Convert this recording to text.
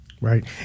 Right